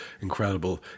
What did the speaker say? incredible